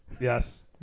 Yes